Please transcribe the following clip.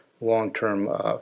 long-term